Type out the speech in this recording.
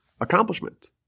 accomplishment